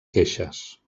queixes